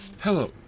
Hello